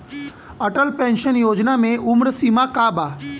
Atal pension योजना मे उम्र सीमा का बा?